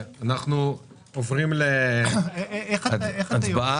אנחנו עוברים להצבעה